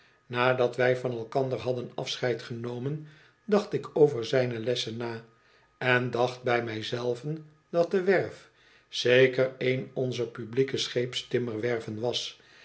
nadat wij van elkander hadden afscheid genomen dacht ik over zijne lessen na en dacht bij mij zelven dat de werf zeker een onzer groote publieke scheepstimmcrwerven was